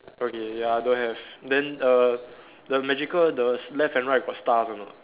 okay ya don't have then err the magical the s~ left and right got stars or not